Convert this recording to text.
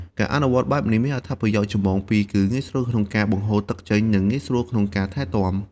ការអនុវត្តបែបនេះមានអត្ថប្រយោជន៍ចម្បងពីរគឺ ងាយស្រួលក្នុងការបង្ហូរទឹកចេញ និងងាយស្រួលក្នុងការថែទាំ។